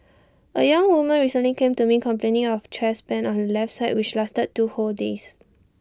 A young woman recently came to me complaining of chest pain on her left side which lasted two whole days